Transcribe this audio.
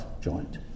joint